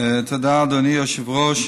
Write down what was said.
תודה, אדוני היושב-ראש.